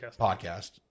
podcast